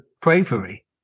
bravery